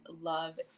love